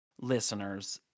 listeners